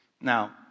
Now